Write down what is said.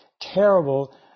terrible